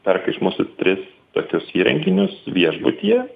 perka iš mūsų tris tokius įrenginius viešbutyje